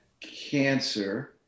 cancer